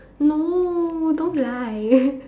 no don't lie